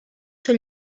són